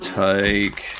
take